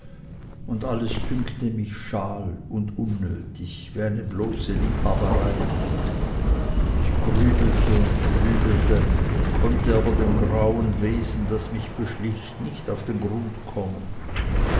und alles dünkte mich schal und unnötig wie eine bloße liebhaberei ich grübelte und grübelte konnte aber dem grauen wesen das mich beschlich nicht auf den grund kommen